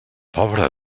pobra